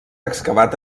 excavat